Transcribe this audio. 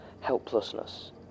helplessness